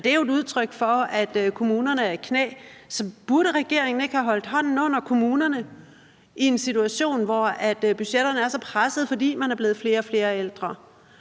Det er jo et udtryk for, at kommunerne er i knæ. Så burde regeringen ikke have holdt hånden under kommunerne i en situation, hvor budgetterne er så presset, fordi man er blevet flere og flere ældre